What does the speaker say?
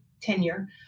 tenure